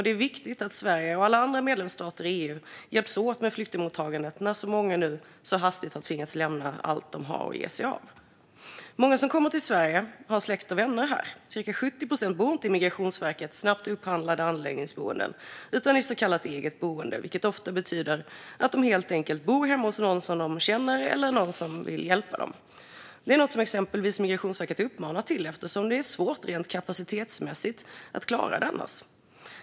Det är viktigt att Sverige och alla andra medlemsstater i EU hjälps åt med flyktingmottagandet när så många nu så hastigt har tvingats lämna allt de har och ge sig av. Många som kommer till Sverige har släkt och vänner här. Cirka 70 procent bor inte i Migrationsverkets snabbt upphandlade anläggningsboenden utan i så kallat eget boende, vilket ofta betyder att de helt enkelt bor hemma hos någon de känner eller någon som vill hjälpa dem. Detta är något som exempelvis Migrationsverket uppmanat till, eftersom det är svårt rent kapacitetsmässigt att klara det annars.